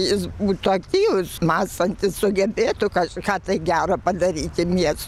jis būtų aktyvus mąstantis sugebėtų kažką tai gero padaryti mies